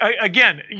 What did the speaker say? again